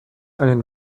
einen